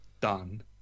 done